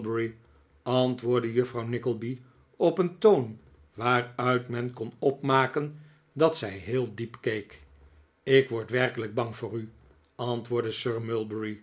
antwoordde juffrouw nickleby op een toon waaruit men kon opmaken dat zij heel diep keek ik word werkelijk bang voor u antwoordde sir